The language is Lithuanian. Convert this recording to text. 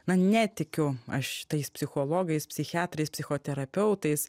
na netikiu aš tais psichologais psichiatrais psichoterapeutais